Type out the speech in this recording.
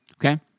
okay